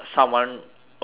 already